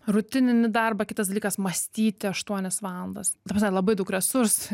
rutininį darbą kitas dalykas mąstyti aštuonias valandas ta prasme labai daug resursų